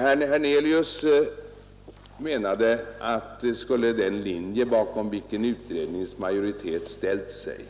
Herr Hernelius menade att skulle den linje genomföras, bakom vilken utredningens majoritet ställt sig,